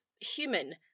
human